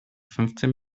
fünfzehn